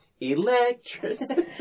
electricity